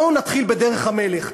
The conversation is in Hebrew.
בואו נתחיל בדרך המלך.